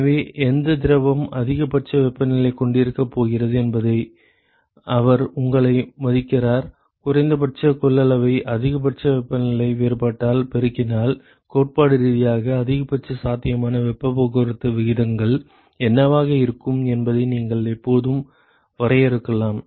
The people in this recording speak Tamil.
எனவே எந்தத் திரவம் அதிகபட்ச வெப்பநிலையைக் கொண்டிருக்கப் போகிறது என்பதை அவர் உங்களை மதிக்கிறார் குறைந்தபட்ச கொள்ளளவை அதிகபட்ச வெப்பநிலை வேறுபாட்டால் பெருக்கினால் கோட்பாட்டு ரீதியாக அதிகபட்ச சாத்தியமான வெப்பப் போக்குவரத்து விகிதங்கள் என்னவாக இருக்கும் என்பதை நீங்கள் எப்போதும் வரையறுக்கலாம்